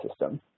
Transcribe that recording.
system